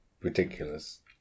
ridiculous